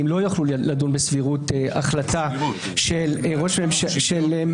לא יוכלו לדון בסבירות החלטה של ממשלה,